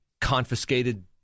confiscated